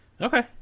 Okay